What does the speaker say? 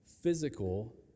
physical